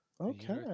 Okay